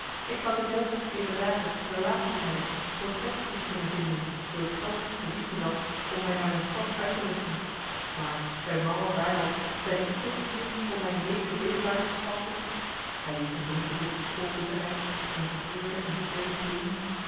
ik zou te delft dezer dagen relatiën hebben protectiën kunnen vinden zoo ik geld of krediet bezat om mij naar mijn oussaint uit te rusten maar bij mangel daarvan ben ik te fier om mij in deze bedelaarsgestalte hij wierp een droeven blik vol bitterheid op zijne verkleurde en versleten plunje